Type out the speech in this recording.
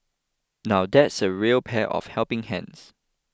now that's a real pair of helping hands